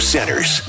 Centers